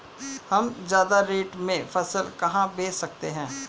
हम ज्यादा रेट में फसल कहाँ बेच सकते हैं?